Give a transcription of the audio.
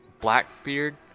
Blackbeard